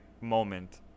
moment